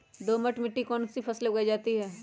दोमट मिट्टी कौन कौन सी फसलें उगाई जाती है?